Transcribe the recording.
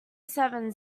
seven